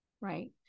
right